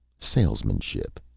salesmanship.